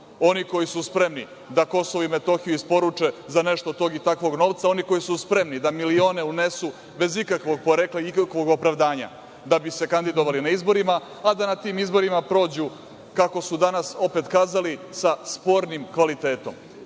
oni koji su spremni da Kosovo i Metohiju isporuče za nešto tog i takvog novca, oni koji su spremni da milione unesu bez ikakvog porekla i ikakvog opravdanja da bi se kandidovali na izborima, a da na tim izborima prođu, kako su danas opet kazali, sa spornim kvalitetom.